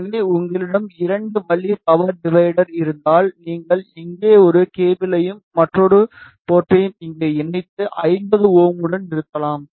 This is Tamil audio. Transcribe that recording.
எனவே உங்களிடம் 2 வழி பவர் டிவைடர் இருந்தால் நீங்கள் இங்கே ஒரு கேபிளையும் மற்றொரு போர்ட்டையும் இங்கே இணைத்து 50 Ω உடன் நிறுத்தலாம்